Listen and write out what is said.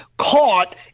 caught